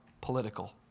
political